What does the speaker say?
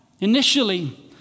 initially